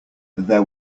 there